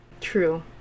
True